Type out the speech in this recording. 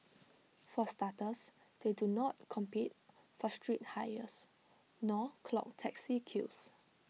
for starters they do not compete for street hires nor clog taxi queues